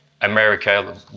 America